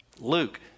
Luke